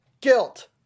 Guilt